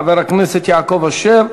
חבר הכנסת יעקב אשר.